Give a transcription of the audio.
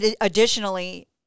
additionally